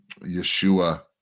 Yeshua